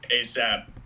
ASAP